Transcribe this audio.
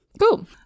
cool